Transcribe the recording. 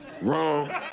wrong